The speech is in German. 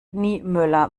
niemöller